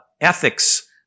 ethics